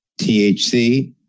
THC